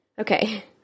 Okay